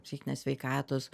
psichinės sveikatos